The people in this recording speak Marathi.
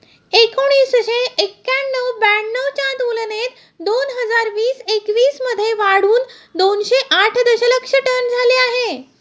एकोणीसशे एक्क्याण्णव ब्याण्णव च्या तुलनेत दोन हजार वीस एकवीस मध्ये वाढून दोनशे आठ दशलक्ष टन झाले आहे